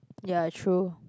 ya true